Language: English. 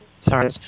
Sorry